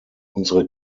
unsere